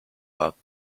bought